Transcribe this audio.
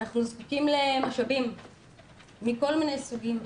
אנחנו זקוקים למשאבים מכל מיני סוגים.